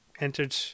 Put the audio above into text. entered